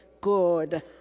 good